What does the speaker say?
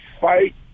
fight